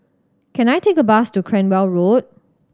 can I take a bus to Cranwell Road